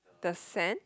the sand